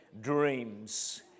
Dreams